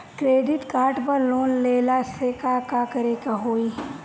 Credit card पर loan लेला से का का करे क होइ?